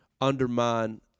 undermine